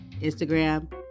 instagram